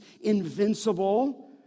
invincible